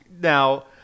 now